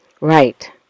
Right